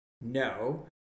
no